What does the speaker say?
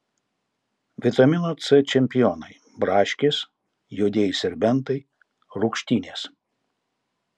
vitamino c čempionai braškės juodieji serbentai rūgštynės